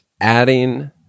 adding